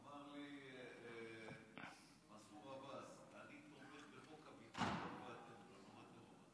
ואמר לי מנסור עבאס: אני תומך בחוק הביטחון ואתם לא.